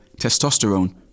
testosterone